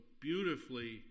beautifully